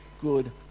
good